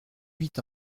huit